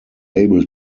able